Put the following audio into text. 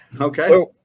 Okay